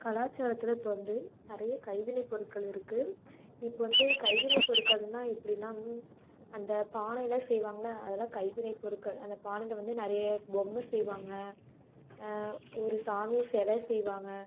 கலாச்சாரத்தில் இப்போ வந்து நிறைய கைவினைப்பொருட்கள் இருக்குது இப்போ வந்து கைவினைப்பொருட்கள்னால் எப்படின்னா அந்த பானையெலாம் செய்வாங்கள அதெல்லாம் கைவினைப்பொருட்கள் அந்த பானையில வந்து நிறைய பொம்மை செய்வாங்க ஒரு சாமி சில செய்வாங்க